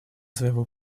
своего